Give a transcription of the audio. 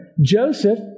Joseph